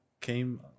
came